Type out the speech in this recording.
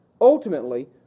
ultimately